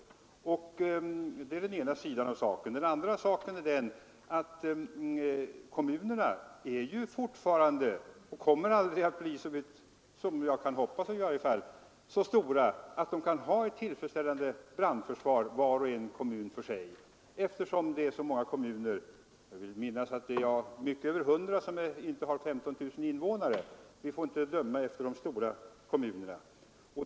Vidare är kommunerna inte — och kommer inte heller att bli, hoppas jag — så stora att de var och en för sig kan ha ett tillfredsställande brandförsvar; jag vill minnas att över hundra kommuner har mindre än 15 000 invånare. Vi får alltså inte döma efter de stora kommunerna.